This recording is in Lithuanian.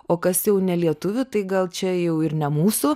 o kas jau ne lietuvių tai gal čia jau ir ne mūsų